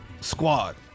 squad